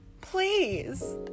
please